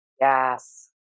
Yes